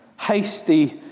hasty